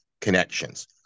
connections